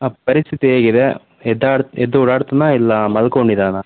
ಹಾಂ ಪರಿಸ್ಥಿತಿ ಹೇಗಿದೆ ಎದ್ದಾಡ್ ಎದ್ದು ಓಡಾಡ್ತಾನಾ ಇಲ್ಲ ಮಲ್ಕೊಂಡಿದ್ದಾನಾ